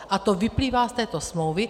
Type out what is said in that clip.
A to vyplývá z této smlouvy.